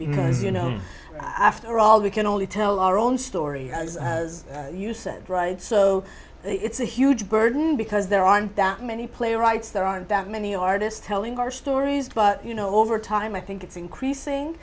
because you know after all we can only tell our own story as you said right so it's a huge burden because there aren't that many playwrights there aren't that many artists telling our stories but you know over time i think it's increasing